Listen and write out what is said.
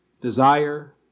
desire